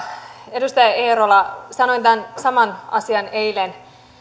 edustaja eerola sanoin tämän saman asian eilen